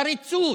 בחריצות,